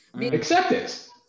acceptance